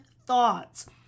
thoughts